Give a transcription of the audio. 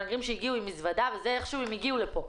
מהגרים שהגיעו עם מזוודה ואיכשהו הם הגיעו לכאן.